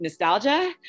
nostalgia